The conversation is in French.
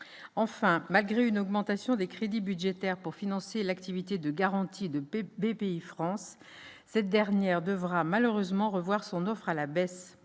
enfin, malgré une augmentation des crédits budgétaires pour financer l'activité de garantie de BPIFrance cette dernière devra malheureusement revoir son offre à la baisse